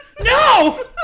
No